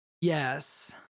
Yes